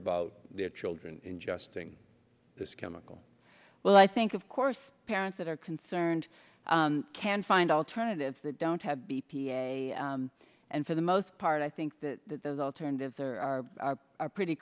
about their children ingesting this chemical well i think of course parents that are concerned can find alternatives that don't have b p a and for the most part i think that those alternatives are are are pretty